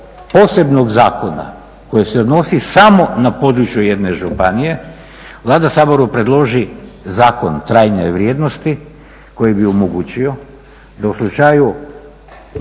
posebnog zakona koji se odnosi samo na područje jedne županije, Vlada Saboru predloži zakon trajne vrijednosti koji bi omogućio da u slučaju